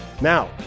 Now